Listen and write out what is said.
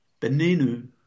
Beninu